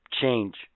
change